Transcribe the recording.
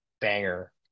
banger